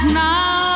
now